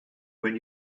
when